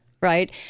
right